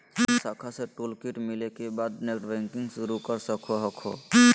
bank शाखा से toolkit मिले के बाद नेटबैंकिंग शुरू कर सको हखो